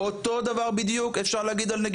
כאשר זו הבקרה על הבידוד.